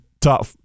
top